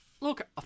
Look